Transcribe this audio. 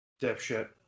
Dipshit